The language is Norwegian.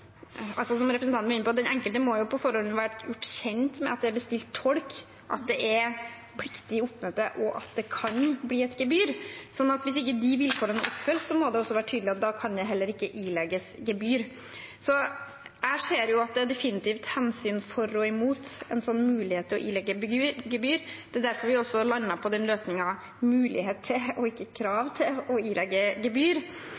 den enkelte på forhånd må være gjort kjent med at det er bestilt tolk, at det er pliktig oppmøte, og at det kan bli et gebyr. Hvis de vilkårene ikke er oppfylt, må det også være tydelig at det heller ikke kan ilegges gebyr. Jeg ser at det definitivt er hensyn for og imot en sånn mulighet til å ilegge gebyr. Det er derfor vi landet på løsningen med «mulighet» til og ikke «krav» om å ilegge gebyr.